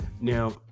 now